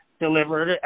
delivered